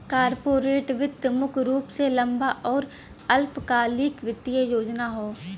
corporate वित्त मुख्य रूप से लंबा आउर अल्पकालिक वित्तीय योजना हौ